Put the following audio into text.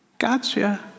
gotcha